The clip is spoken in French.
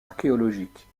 archéologique